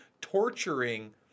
torturing